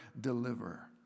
deliver